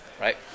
right